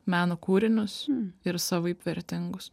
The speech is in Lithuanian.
meno kūrinius ir savaip vertingus